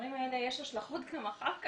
לחומרים האלה יש השלכות גם אחר כך,